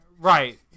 Right